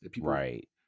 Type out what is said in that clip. Right